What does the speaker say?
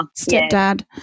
Stepdad